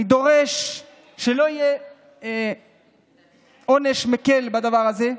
ואני דורש שלא יהיה עונש מקל בדבר הזה,